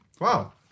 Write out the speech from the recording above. Wow